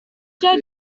cas